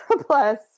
plus